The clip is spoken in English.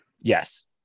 Yes